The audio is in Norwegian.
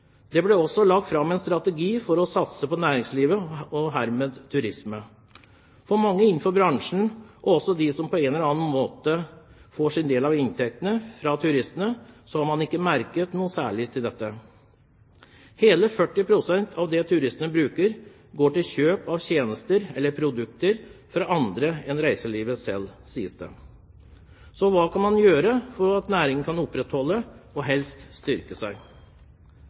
Det ble også lagt fram en strategi for å satse på næringslivet – og herved turisme. Mange innenfor bransjen og også de som på en eller annen måte får sin del av inntektene fra turistene, har ikke merket noe særlig til dette. Hele 40 pst. av det turistene bruker, går til kjøp av tjenester eller produkter fra andre enn reiselivet selv, sies det. Så hva kan man gjøre for at næringen kan opprettholdes og helst